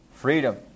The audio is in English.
Freedom